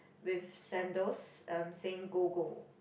with sandals um saying go go